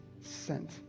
sent